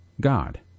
God